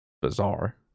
bizarre